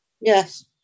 Yes